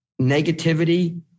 negativity